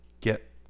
get